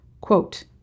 Quote